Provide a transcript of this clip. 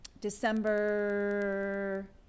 December